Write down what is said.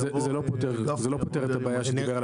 זה לא פותר את הבעיה שדיבר עליה